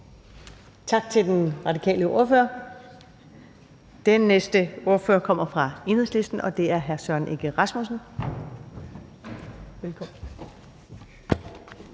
Tak til den radikale ordfører. Den næste ordfører kommer fra Enhedslisten, og det er hr. Søren Egge Rasmussen. Velkommen.